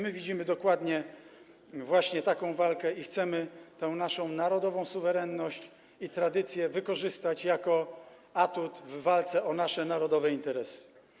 My widzimy dokładnie taką walkę i chcemy tę naszą narodową suwerenność i tradycję wykorzystać jako atut w walce o nasze narodowe interesy.